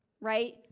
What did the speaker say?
right